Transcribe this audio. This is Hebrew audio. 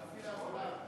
נתקבל.